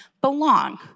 belong